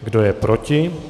Kdo je proti?